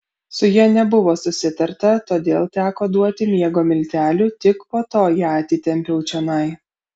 su ja nebuvo susitarta todėl teko duoti miego miltelių tik po to ją atitempiau čionai